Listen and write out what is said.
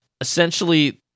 Essentially